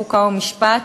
חוק ומשפט,